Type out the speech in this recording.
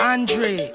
Andre